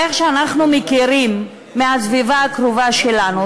איך שאנחנו מכירים מהסביבה הקרובה שלנו,